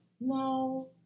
no